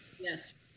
yes